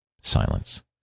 Silence